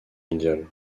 mondiale